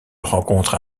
rencontre